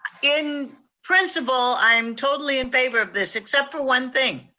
in principle i'm totally in favor of this, except for one thing.